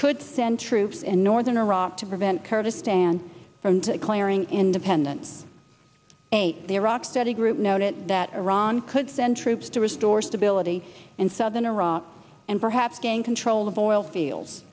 could send troops in northern iraq to prevent kurdistan from declaring independence the iraq study group noted that iran could send troops to restore stability in southern iraq and perhaps gain control of oil fields